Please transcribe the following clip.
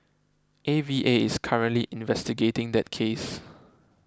A V A is currently investigating that case